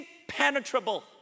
impenetrable